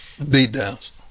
Beatdowns